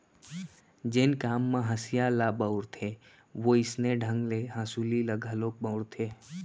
जेन काम म हँसिया ल बउरथे वोइसने ढंग ले हँसुली ल घलोक बउरथें